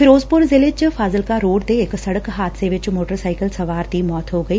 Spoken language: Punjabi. ਫਿਰੋਜ਼ਪੁਰ ਜ਼ਿਲੇ ਚ ਫ਼ਾਜ਼ਿਲਕਾ ਰੋਡ ਤੇ ਇਕ ਸੜਕ ਹਾਦਸੇ ਵਿਚ ਮੋਟਰ ਸਾਈਕਲ ਸਵਾਰ ਦੀ ਮੌਤ ਹੋ ਗਈ